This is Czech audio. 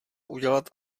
udělat